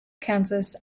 kansas